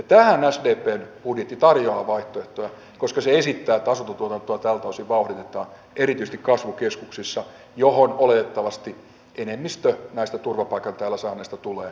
tähän sdpn budjetti tarjoaa vaihtoehtoja koska se esittää että asuntotuotantoa tältä osin vauhditetaan erityisesti kasvukeskuksissa joihin oletettavasti enemmistö näistä turvapaikan täällä saaneista tulee ennemmin tai myöhemmin